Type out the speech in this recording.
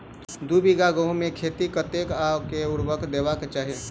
दु बीघा गहूम केँ खेत मे कतेक आ केँ उर्वरक देबाक चाहि?